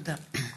תודה.